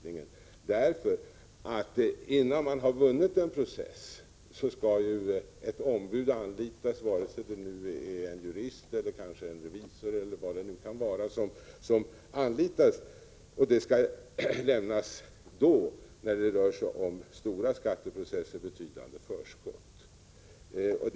Innan en person har vunnit en process skall ett ombud anlitas — antingen en jurist, en revisor eller någon annan — och i stora skatteprocesser skall betydande förskott lämnas.